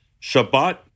Shabbat